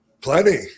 Plenty